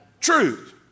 Truth